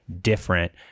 different